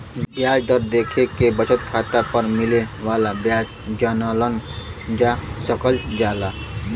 ब्याज दर देखके बचत खाता पर मिले वाला ब्याज जानल जा सकल जाला